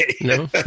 no